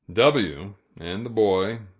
w and the boy,